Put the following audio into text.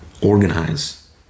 Organize